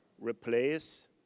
replace